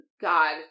God